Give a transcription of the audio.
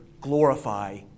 glorify